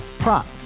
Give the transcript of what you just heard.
Prop